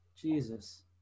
Jesus